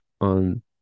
on